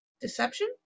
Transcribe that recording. Deception